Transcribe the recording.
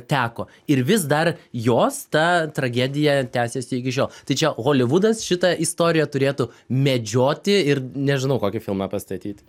teko ir vis dar jos ta tragedija tęsiasi iki šiol tai čia holivudas šitą istoriją turėtų medžioti ir nežinau kokį filmą pastatyt